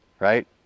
right